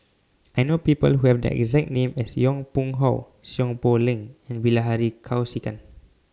I know People Who Have The exact name as Yong Pung How Seow Poh Leng and Bilahari Kausikan